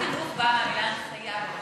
המילה חינוך באה מהמילה הנחיה במקור.